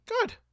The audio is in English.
Good